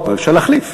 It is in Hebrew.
אבל אפשר להחליף.